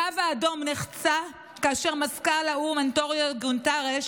הקו האדום נחצה כאשר מזכ"ל האו"ם אנטוניו גונטרש